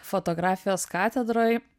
fotografijos katedroj